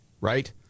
right